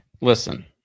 Listen